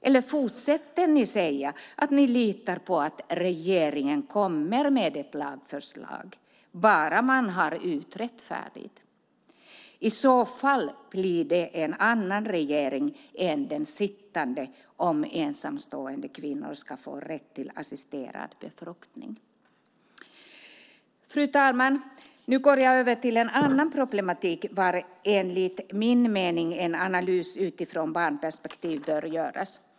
Eller fortsätter ni att säga att ni litar på att regeringen kommer med ett lagförslag, bara man har utrett färdigt? Om ensamstående kvinnor ska få rätt till assisterad befruktning blir det i så fall under en annan regering än den sittande. Fru talman! Nu går jag över till en annan problematik där det enligt min mening bör göras en analys utifrån ett barnperspektiv.